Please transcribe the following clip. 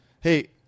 hey